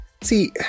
See